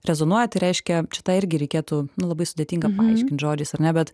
rezonuoja tai reiškia čia tą irgi reikėtų nu labai sudėtinga paaiškint žodžiais ar ne bet